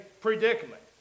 predicament